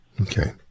Okay